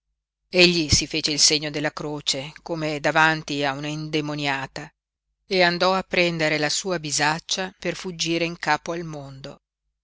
egli si fece il segno della croce come davanti a una indemoniata e andò a prendere la sua bisaccia per fuggire in capo al mondo